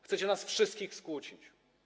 Chcecie nas wszystkich skłócić.